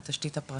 התשתית הפרטית?